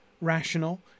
rational